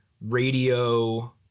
radio